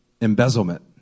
Embezzlement